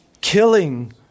killing